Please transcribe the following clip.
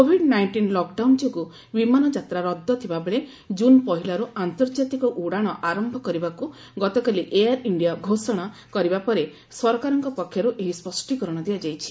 Covid nineteen lockdown ଯୋଗୁଁ ବିମାନ ଯାତ୍ରା ରଦ୍ଦ ଥିବାବେଳେ ଜୁନ୍ ପହିଲାରୁ ଆନ୍ତର୍ଜାତିକ ଉଡ଼ାଣ ଆରମ୍ଭ କରିବାକୁ ଗତକାଲି ଏୟାର ଇଣ୍ଡିଆ ବୁକିଂ ଆରମ୍ଭ କରିବାକୁ ଘୋଷଣା କରିବା ପରେ ସରକାରଙ୍କ ପକ୍ଷରୁ ଏହି ସ୍ୱଷ୍ଟୀକରଣ ଦିଆଯାଇଛି